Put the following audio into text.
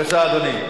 התשע"א 2011,